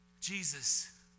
Jesus